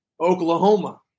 Oklahoma